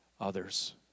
others